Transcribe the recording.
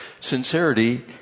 sincerity